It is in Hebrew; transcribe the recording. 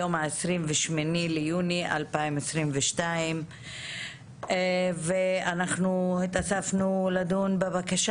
היום ה-28 ביוני 2022. אנחנו התאספנו לדון בבקשה